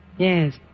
Yes